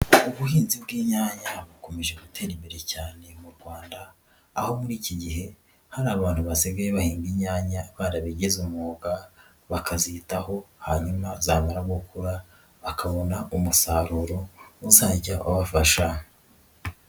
Ubuhinzi bw'inyanya bukomeje gutera imbere cyane mu Rwanda aho muri iki gihe hari abantu basigaye bahinga imyanya barabigize umwuga, bakazitaho hanyuma zamara gukura bakabona umusaruro uzajya ubafasha.